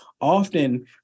Often